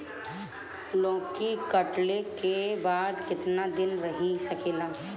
लौकी कटले के बाद केतना दिन रही सकेला?